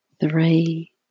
Three